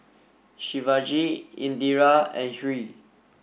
Shivaji Indira and Hri